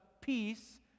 peace